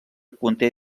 conté